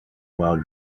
while